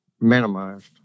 minimized